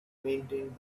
maintained